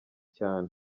cyane